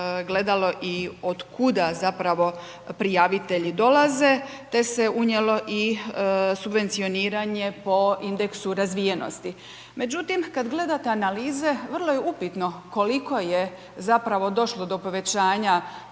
gledalo i od kuda zapravo prijavitelji dolaze te se unijelo i subvencioniranje po indeksu razvijenosti. Međutim, kad gledate analize vrlo je upitno koliko je zapravo došlo do povećanja